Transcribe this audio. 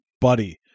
buddy